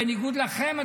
בניגוד לכם,